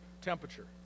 temperature